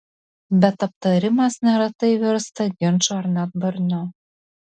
bet aptarimas neretai virsta ginču ar net barniu